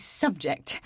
subject